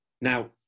Now